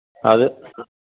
അത്